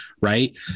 right